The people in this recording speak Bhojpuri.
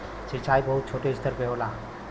सिंचाई बहुत छोटे स्तर पे होला